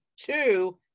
two